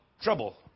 trouble